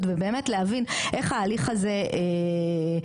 ובאמת להבין איך ההליך הזה יעבוד,